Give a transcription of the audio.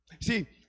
See